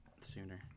sooner